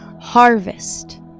harvest